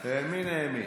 האמין, האמין.